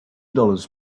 dollars